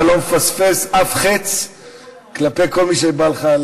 אתה לא מפספס אף חץ כלפי כל מי שבא לך,